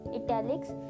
italics